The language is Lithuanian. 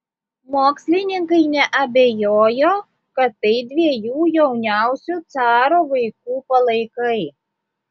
mokslininkai neabejojo kad tai dviejų jauniausių caro vaikų palaikai